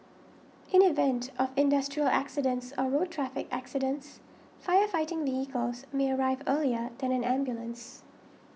in event of industrial accidents or road traffic accidents fire fighting vehicles may arrive earlier than an ambulance